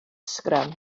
sgrym